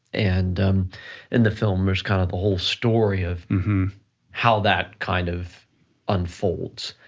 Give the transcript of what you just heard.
and in the film, there's kind of the whole story of how that kind of unfolds,